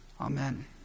Amen